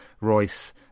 Royce